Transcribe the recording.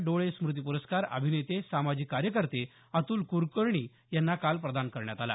डोळे स्मृती प्रस्कार अभिनेते सामाजिक कार्यकर्ते अतुल क्लकर्णी यांना काल प्रदान करण्यात आला